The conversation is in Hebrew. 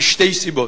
משתי סיבות.